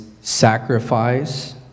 sacrifice